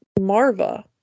Marva